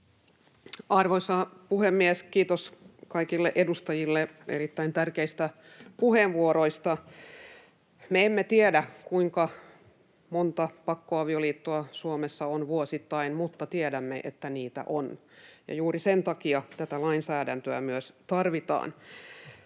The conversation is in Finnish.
Arvoisa puhemies! Kiitos kaikille edustajille erittäin tärkeistä puheenvuoroista. — Me emme tiedä, kuinka monta pakkoavioliittoa Suomessa on vuosittain, mutta tiedämme, että niitä on, ja juuri sen takia tätä lainsäädäntöä tarvitaan.